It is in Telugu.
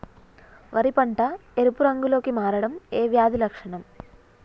వరి పంట ఎరుపు రంగు లో కి మారడం ఏ వ్యాధి లక్షణం?